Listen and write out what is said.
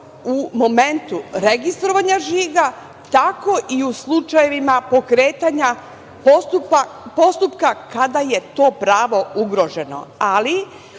u momentu registrovanja žiga, tako i u slučajevima pokretanja postupka kada je to pravo ugroženo.